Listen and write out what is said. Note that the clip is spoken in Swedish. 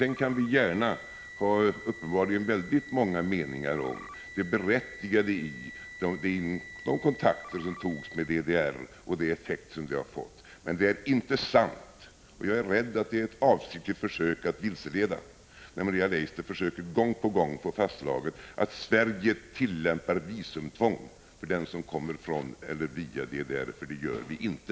Sedan kan vi ha väldigt många meningar om det berättigade i de kontakter som togs med DDR och de effekter som de har fått. Det är inte sant — och jag är rädd att det är ett avsiktligt försök att vilseleda — när Maria Leissner försöker gång på gång få fastslaget att Sverige tillämpar visumtvång för den som kommer från eller via DDR. Det gör Sverige inte.